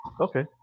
Okay